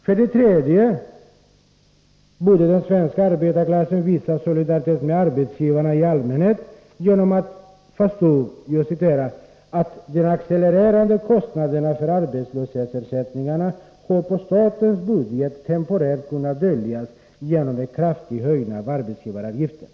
För det tredje borde den svenska arbetarklassen visa solidaritet med arbetsgivarna i allmänhet genom att förstå följande: ”De accelererande kostnaderna för arbetslöshetsersättningarna har på statens budget temporärt kunnat döljas genom en kraftig höjning av arbetsgivaravgiften.